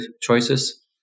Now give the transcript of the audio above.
choices